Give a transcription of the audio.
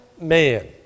man